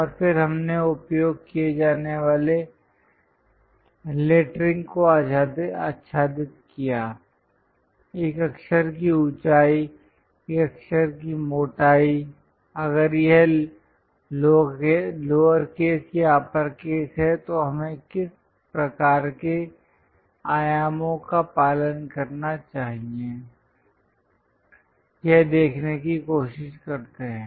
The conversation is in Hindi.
और फिर हमने उपयोग किए जाने वाले लेटरिंग को आच्छादित किया एक अक्षर की ऊंचाई एक अक्षर की मोटाई अगर यह लोअरकेस या अपरकेस है तो हमें किस प्रकार के आयामों का पालन करना चाहिए यह देखने की कोशिश करते हैं